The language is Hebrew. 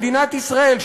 מדינת ישראל,